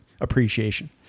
appreciation